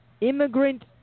immigrant